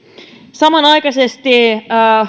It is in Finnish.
samanaikaisesti